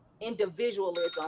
Individualism